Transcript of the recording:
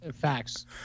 Facts